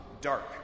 dark